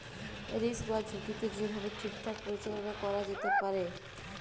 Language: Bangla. রিস্ক বা ঝুঁকিকে যে ভাবে ঠিকঠাক পরিচাললা ক্যরা যেতে পারে